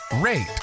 rate